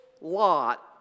lot